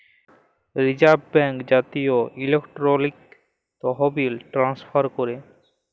reserve bank জাতীয় electronic তহবিল transfer ক্যরে